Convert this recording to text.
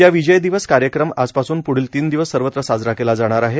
या विजय दिवस कार्यक्रम आज पासून पुढील तीन दिवस सर्वत्र साजरा केला जाणार आहे